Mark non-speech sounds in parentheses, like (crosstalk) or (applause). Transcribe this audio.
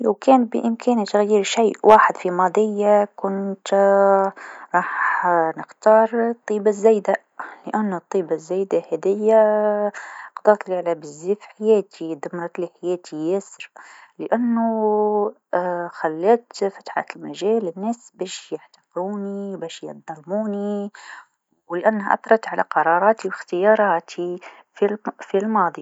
لو كان بإمكاني تغيير شيء في ماضيا كنت راح نختار الطيبه الزايده، لأنو الطيبه الزايده هاذيا قضاتلي على بزاف حياتي دمرتلي حياتي ياسر لأنو (hesitation) خلات فتحت المجال للناس بزاف باش يحتقروني باش يظلموني و لإنها أثرت على قراراتي و اختياراتي فال-في الماضي.